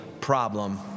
problem